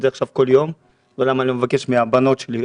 את זה עכשיו כל יום ולמה אני לא מבקש מהבנות שלי,